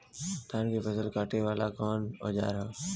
धान के फसल कांटे वाला कवन औजार ह?